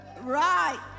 right